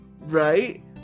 Right